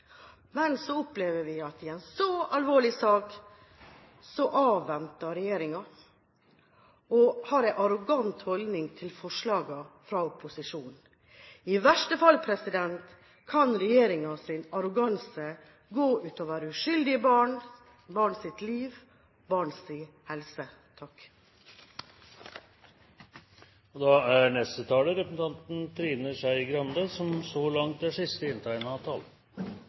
men så opplever vi at i en så alvorlig sak avventer regjeringen og har en arrogant holdning til forslagene fra opposisjonen. I verste fall kan regjeringens arroganse gå ut over uskyldige barns liv og helse. Rasisme og spesielt antisemittisme, som vi diskuterer i dag, er